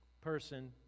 person